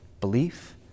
belief